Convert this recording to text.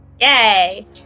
Yay